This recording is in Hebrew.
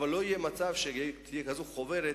אבל לא יהיה מצב שבו תהיה כזאת חוברת